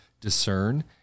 discern